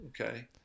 Okay